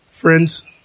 Friends